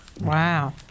Wow